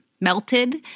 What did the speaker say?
melted